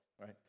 right